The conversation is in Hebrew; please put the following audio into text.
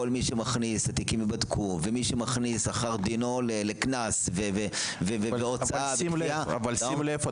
התיקים ייבדקו וכל מי שמכניס אחת דינו לקנס והוצאה --- אבל שים לב,